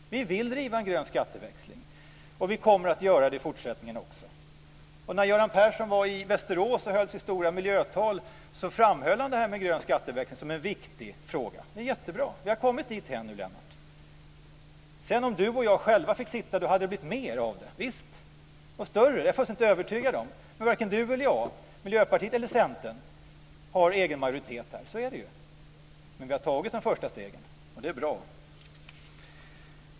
Vi vill driva en grön skatteväxling och vi kommer att göra det i fortsättningen också. När Göran Persson var i Västerås och höll sitt stora miljötal framhöll han grön skatteväxling som en viktig fråga. Det är jättebra. Vi har kommit dithän nu, Lennart. Om vi själva fick bestämma hade det blivit mer av det, visst, och större. Det är jag fullständigt övertygad om. Varken Miljöpartiet eller Centern har egen majoritet. Så är det ju. Men vi har tagit de första stegen och det är bra.